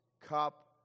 cup